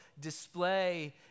display